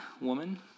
woman